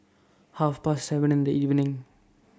Half Past seven in The evening